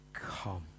Come